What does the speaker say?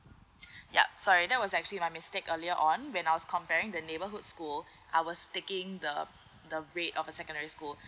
yup sorry that was actually my mistake earlier on when I was comparing the neighbourhood school I was taking the the the rate of a secondary school